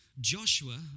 Joshua